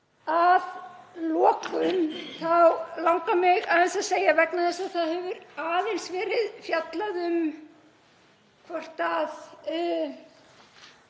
Að lokum langar mig að segja, vegna þess að það hefur aðeins verið fjallað um hvort